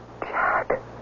Jack